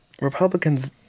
Republicans